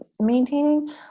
maintaining